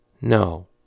No